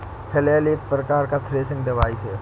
flail एक प्रकार का थ्रेसिंग डिवाइस है